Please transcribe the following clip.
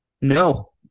No